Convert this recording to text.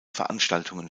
veranstaltungen